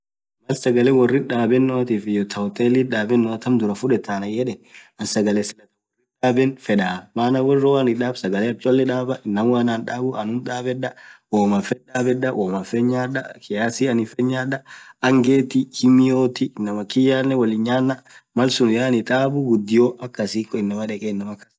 Mal sagale worrithi dhabenotif thaa hoteli tham dhurah fudhethaa anayedhe anin sagale worrithi dhaben fedha maana worr woanin sagale dhab sagale akha chole dhaba nammu Anna hidhabu annuthum dhabedha womm anifedh dhabedha womm anifedh nyadhaa kiasi anin fedh nyadhaa angethi hinmiyothi anamaa kiyya wolin nyana malsun yaani taabu ghudio akasi inamaa dhegee kastahe hinyadhuu